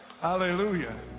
Hallelujah